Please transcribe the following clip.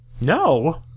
No